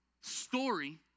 story